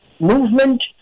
movement